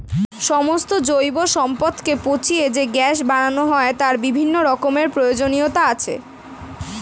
সমস্ত জৈব সম্পদকে পচিয়ে যে গ্যাস বানানো হয় তার বিভিন্ন রকমের প্রয়োজনীয়তা আছে